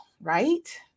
Right